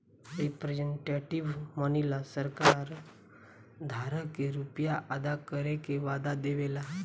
representative money ला सरकार धारक के रुपिया अदा करे के वादा देवे ला